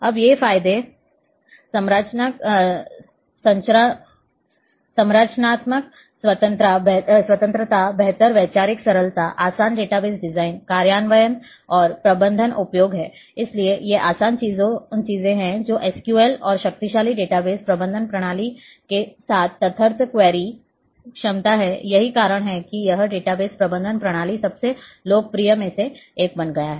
अब ये फायदे संरचनात्मक स्वतंत्रता बेहतर वैचारिक सरलता आसान डेटाबेस डिजाइन कार्यान्वयन और प्रबंधन उपयोग हैं इसलिए ये आसान चीजें हैं जो SQL और शक्तिशाली डेटाबेस प्रबंधन प्रणाली के साथ तदर्थ क्वेरी क्षमता है यही कारण है कि यह डेटाबेस प्रबंधन प्रणाली सबसे लोकप्रिय में से एक बन गया है